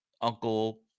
uncle